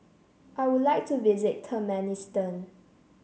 I would like to visit Turkmenistan